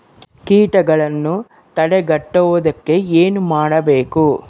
ಕೇಟಗಳನ್ನು ತಡೆಗಟ್ಟುವುದಕ್ಕೆ ಏನು ಮಾಡಬೇಕು?